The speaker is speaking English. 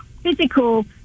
physical